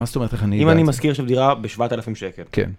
מה זאת אומרת איך אני? אם אני משכיר עכשיו בדירה בשבעת אלפים שקל? כן.